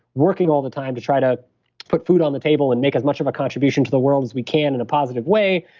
working all the time to try to put food on the table and make as much of a contribution to the world as we can in a positive way,